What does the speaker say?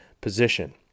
position